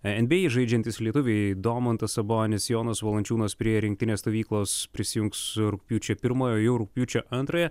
nba žaidžiantys lietuviai domantas sabonis jonas valančiūnas prie rinktinės stovyklos prisijungs rugpjūčio pirmą o jau rugpjūčio antrąją